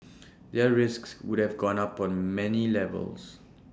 their risks would have gone up on many levels